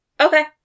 Okay